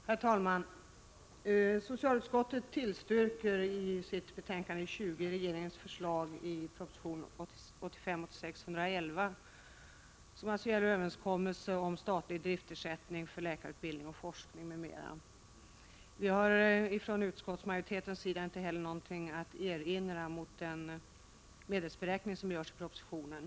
Herr talman! Socialutskottet tillstyrker i sitt betänkande 20 regeringens förslag i proposition 1985/86:111 om överenskommelse om statlig driftsersättning för läkarutbildning och forskning m.m. Vi har från utskottsmajoritetens sida inte heller något att erinra mot den medelsberäkning som görs i propositionen.